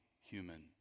human